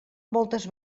moltes